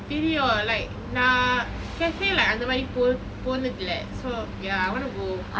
தெரியும்:theriyum like நான்:naan cafe லே அந்த மாதிரி போன போனதில்லை:le antha maathiri pona ponathile so ya I wanna go